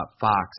Fox